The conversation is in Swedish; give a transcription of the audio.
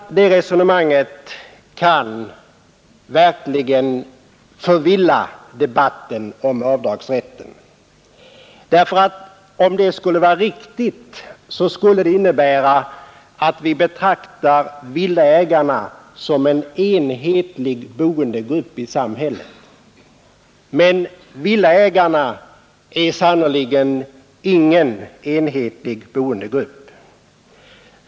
Det resonemanget anser jag verkligen kan förvilla debatten om principerna för avdragsrätten. Om det skulle vara riktigt, förutsätter det nämligen att vi betraktar villaägarna som en enhetlig boendegrupp i samhället. Men villaägarna är sannerligen ingen enhetlig grupp.